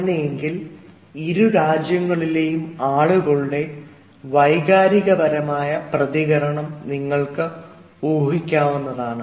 അങ്ങനെയെങ്കിൽ ഇരു രാജ്യങ്ങളിലെയും ആളുകളുടെ വൈകാരികപരമായ പ്രതികരണം നിങ്ങൾക്ക് ഊഹിക്കാവുന്നതാണ്